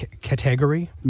category